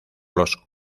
los